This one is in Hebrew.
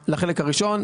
לחלק הראשון,